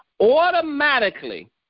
automatically